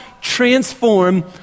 transform